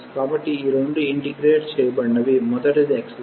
కాబట్టి ఈ రెండు ఇంటిగ్రేట్ చేయబడినవి మొదటిది x2